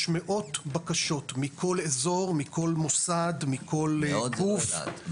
יש מאות בקשות, מכל אזור, מכל מוסד, מכל גוף.